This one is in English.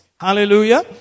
Hallelujah